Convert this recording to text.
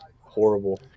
horrible